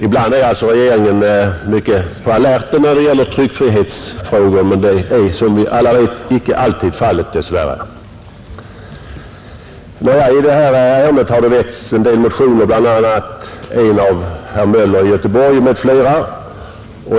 Ibland är alltså regeringen i hög grad på alerten när det gäller tryckfrihetsfrågor, men det är som vi alla vet icke alltid fallet — dess värre. I detta ärende har det väckts en del motioner, bl.a. en av herr Möller i Göteborg m.fl.